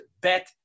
Bet